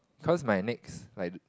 cause my next like do~